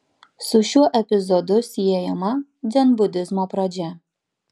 su šiuo epizodu siejama dzenbudizmo pradžia